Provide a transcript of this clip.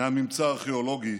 מהממצא הארכיאולוגי,